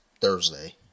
Thursday